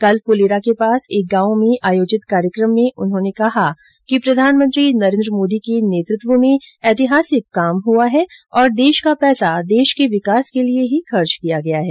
कल फ़लेरा के पास एक गांव में आयोजित कार्यक़म में उन्होंने कहा कि प्रधानमंत्री नरेन्द्र मोदी के नेतृत्व में ऐतिहासिक काम हुआ है और देश का पैसा देश के विकास के लिए ही खर्च किया गया है